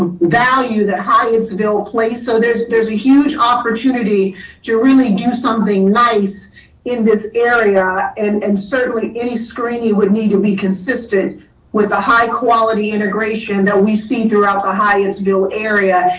value that hyattsville place. so there's there's a huge opportunity to really do something nice in this area. and and certainly any screen you would need to be consistent with a high quality integration that we see throughout the hyattsvulle area.